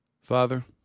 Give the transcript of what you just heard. Father